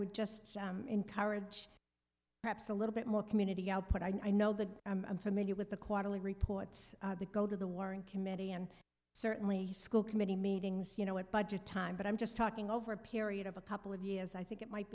would just encourage perhaps a little bit more community output i know that i'm familiar with the quarterly reports that go to the warning committee and certainly school committee meetings you know what budget time but i'm just talking over a period of a couple of years i think it might